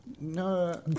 no